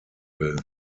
will